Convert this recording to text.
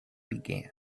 began